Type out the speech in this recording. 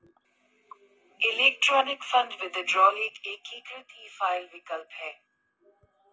electronic fund withdrawal एक एकीकृत e file विकल्प है